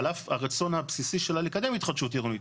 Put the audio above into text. על אף הרצון הבסיסי שלה לקדם התחדשות עירונית.